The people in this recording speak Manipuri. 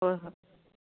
ꯍꯣꯏ ꯍꯣꯏ